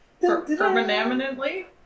Permanently